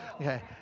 Okay